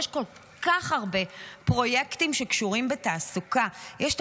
יש כל כך הרבה פרויקטים שקשורים לתעסוקה: יש את